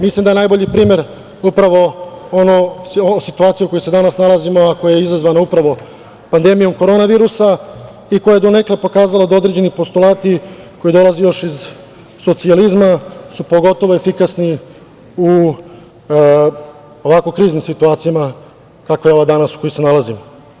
Mislim da je najbolji primer upravo ona situacija u kojoj smo se danas nalazimo, a koja je izazvana upravo pandemijom korona virusa i koja je donekle pokazala da određeni postulati, koji dolazi još iz socijalizma, su pogotovo efikasni u ovako kriznim situacijama kakva je ova danas u kojoj se nalazimo.